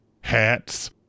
hats